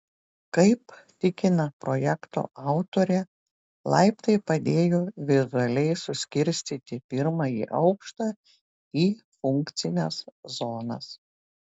kaip tikina projekto autorė laiptai padėjo vizualiai suskirstyti pirmąjį aukštą į funkcines zonas